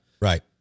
right